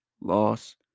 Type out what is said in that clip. Loss